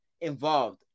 involved